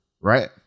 right